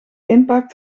impact